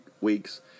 weeks